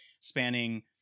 spanning